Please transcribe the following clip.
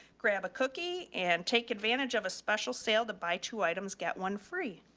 grab a cookie and take advantage of a special sale. the by two items get one free